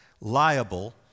liable